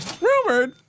Rumored